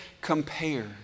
compare